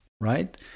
right